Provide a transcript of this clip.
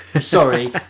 sorry